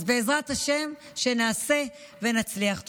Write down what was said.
אז בעזרת השם נעשה ונצליח.